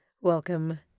Welcome